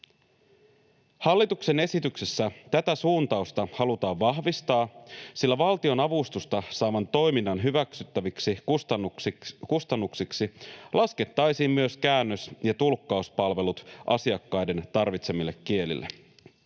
Hallituksen esityksessä tätä suuntausta halutaan vahvistaa, sillä valtionavustusta saavan toiminnan hyväksyttäviksi kustannuksiksi laskettaisiin myös käännös- ja tulkkauspalvelut asiakkaiden tarvitsemille kielille.